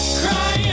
cry